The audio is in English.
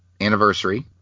anniversary